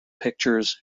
pictures